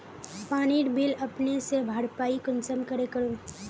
पानीर बिल अपने से भरपाई कुंसम करे करूम?